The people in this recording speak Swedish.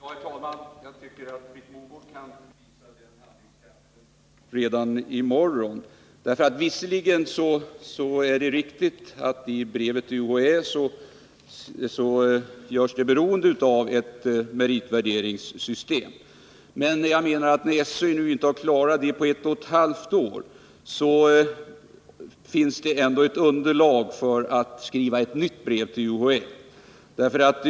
Herr talman! Jag tycker att Britt Mogård kan bevisa den handlingskraften redan i morgon. Visserligen är det riktigt att i brevet till UHÄ reglerna för betygsättningen görs beroende av ett meritvärderingssystem, men jag menar att det när SÖ inte klarat detta på ett och ett halvt år finns ett underlag för att skriva ett nytt brev till UHÄ.